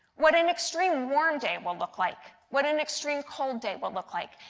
what an extreme warm day will look like what an extreme cold day will look like.